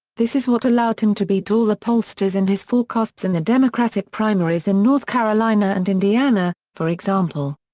this is what allowed him to beat all the pollsters in his forecasts in the democratic primaries in north carolina and indiana, for example.